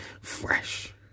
fresh